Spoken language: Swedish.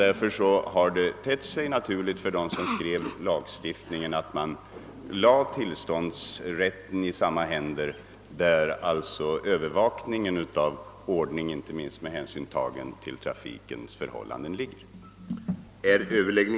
Därför har det tett sig naturligt för dem som utarbetat lagstiftningen att tillståndsgivningen lades i samma händer som övervakningen av ordningen, inte minst beträffande trafiken.